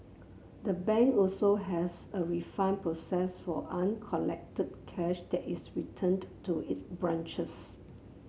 the bank also has a refund process for uncollected cash that is returned to its branches